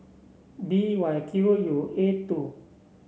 B Y Q U eight two